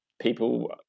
people